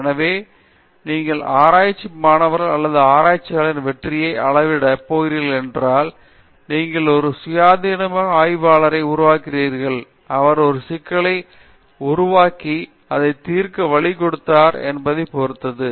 எனவே நீங்கள் ஆராய்ச்சி மாணவர் அல்லது ஆராய்ச்சியாளரின் வெற்றியை அளவிடப் போகிறீர்கள் என்றால் நீங்கள் ஒரு சுயாதீனமான ஆய்வாளரை உருவாக்கியிருக்கிறீர்களா அவர் ஒரு சிக்கலை உருவாக்கி அதை தீர்க்க வழி கொடுத்தாரா என்பதை பொறுத்தது